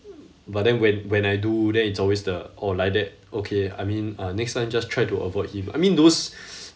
but then when when I do then it's always the oh like that okay I mean uh next time just try to avoid him I mean those